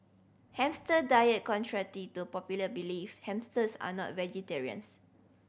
hamster diet to popular belief hamsters are not vegetarians